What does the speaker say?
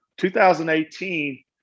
2018